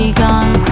gone